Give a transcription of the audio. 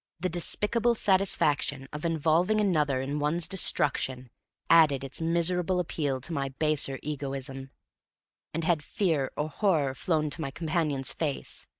the despicable satisfaction of involving another in one's destruction added its miserable appeal to my baser egoism and had fear or horror flown to my companion's face,